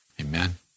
Amen